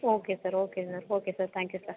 okay sir okay sir okay sir thank you sir